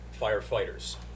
firefighters